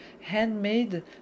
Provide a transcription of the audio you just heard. handmade